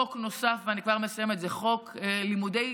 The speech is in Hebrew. חוק נוסף, ואני כבר מסיימת, הוא חוק לימודי